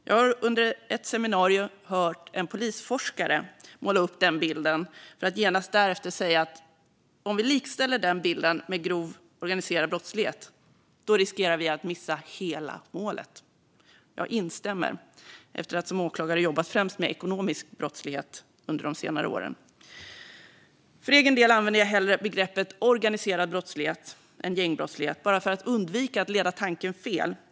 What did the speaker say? Jag har under ett seminarium hört en polisforskare måla upp den bilden för att genast därefter säga att om vi likställer den bilden med grov organiserad brottslighet riskerar vi att missa hela målet. Jag instämmer efter att som åklagare ha jobbat främst med ekonomisk brottslighet under senare år. För egen del använder jag hellre begreppet organiserad brottslighet än gängbrottslighet bara för att undvika att leda tanken fel.